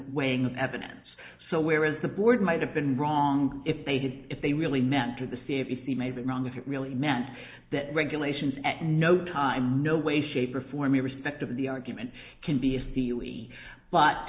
weighing of evidence so where is the board might have been wrong if they did if they really meant to the c b c may be wrong if it really meant that regulations at no time no way shape or form irrespective of the argument can be